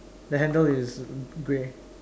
the handle is grey